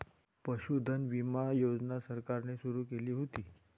पशुधन विमा योजना केंद्र सरकारने सुरू केली होती